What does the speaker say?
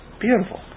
beautiful